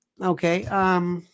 Okay